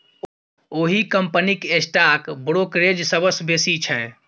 ओहि कंपनीक stock brokerage सबसँ बेसी छै